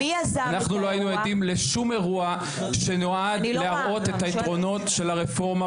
אנחנו לא היינו עדים לשום אירוע שנועד להראות את היתרונות של הרפורמה